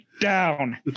down